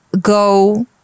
go